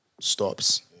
stops